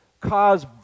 cause